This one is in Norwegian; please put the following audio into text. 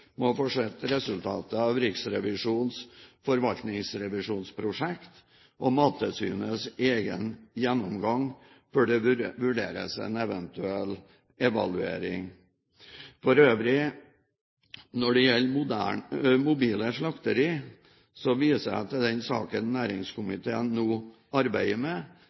vi nå først må få se resultatet av Riksrevisjonens forvaltningsrevisjonsprosjekt og Mattilsynets egen gjennomgang før det vurderes en eventuell evaluering. For øvrig: Når det gjelder mobile slakterier, viser jeg til den saken næringskomiteen nå arbeider med,